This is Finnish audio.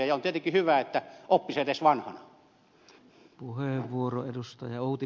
on tietenkin hyvä että oppisi edes vanhana